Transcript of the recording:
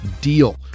deal